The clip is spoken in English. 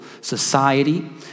society